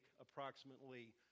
approximately